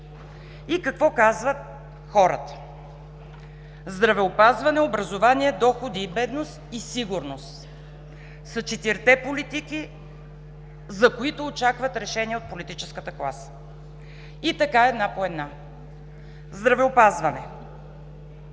и какво казват хората. Здравеопазване, образование, доходи и бедност и сигурност са четирите политики, за които очакват решение от политическата класа. И така, една по една. Здравеопазване